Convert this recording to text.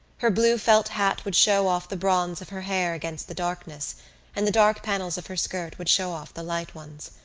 her blue felt hat would show off the bronze of her hair against the darkness and the dark panels of her skirt would show off the light ones.